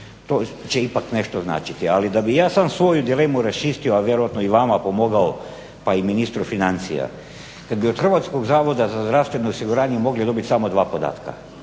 To će ipak nešto značiti, ali da bih ja sam svoju dilemu raščistio, a vjerojatno i vama pomogao pa i ministru financija. Kad bi od HZZO-a mogli dobiti samo dva podatka,